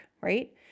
right